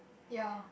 ya